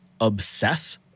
obsess